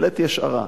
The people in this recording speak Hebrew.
העליתי השערה.